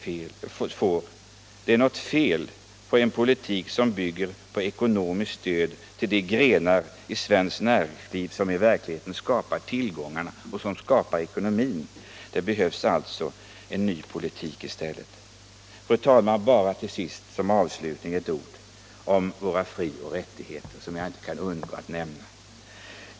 Men det är något fel på en politik som bygger på ekonomiskt stöd till de grenar av svenskt näringsliv som i verkligheten skapar tillgångarna och ekonomin. Det behövs i stället en ny politik. Fru talman! Till sist bara några ord om våra fri och rättigheter, som jag inte kan underlåta att nämna.